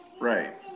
Right